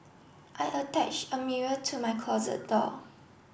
I attached a mirror to my closet door